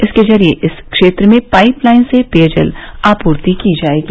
इसके जरिये इस क्षेत्र में पाईप लाइन से पेयजल आपूर्ति की जायेगी